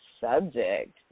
subject